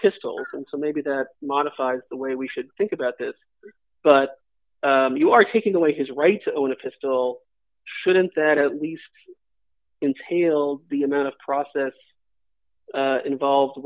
pistol and so maybe that modifies the way we should think about this but you are taking away his right to own a pistol shouldn't that at least until the amount of process involved